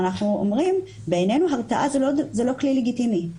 אנחנו אומרים שבעינינו הרתעה זה לא כלי לגיטימי.